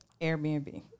Airbnb